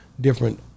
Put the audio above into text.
different